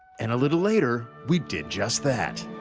and a little later, we did just that.